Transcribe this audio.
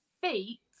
feet